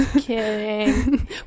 kidding